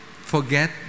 forget